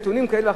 נתונים כאלה,